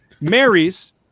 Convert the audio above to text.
marries